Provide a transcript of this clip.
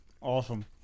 Awesome